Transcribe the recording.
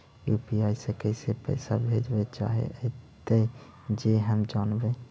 UPI से कैसे पैसा भेजबय चाहें अइतय जे हम जानबय?